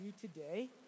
today